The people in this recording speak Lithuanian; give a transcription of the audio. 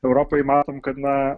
europoj matom kad na